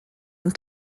and